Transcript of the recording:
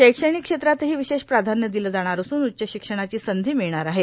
शैक्षणिक क्षेत्रातही विशेष प्राधान्य दिले जाणार असून उच्च शिक्षणाची संधी मिळणार आहे